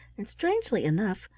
and, strangely enough,